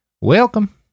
Welcome